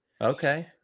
okay